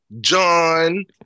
John